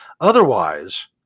Otherwise